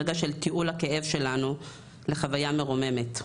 רגע של תיעול הכאב שלנו לחוויה מרוממת.